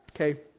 Okay